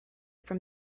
from